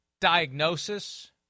diagnosis